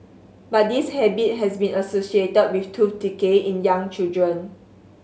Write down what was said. but this habit has been associated with tooth decay in young children